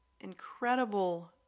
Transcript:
incredible